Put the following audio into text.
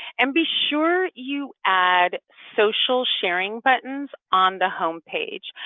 and be sure you add social sharing buttons on the homepage,